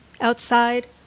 outside